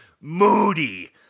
moody